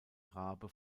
rabe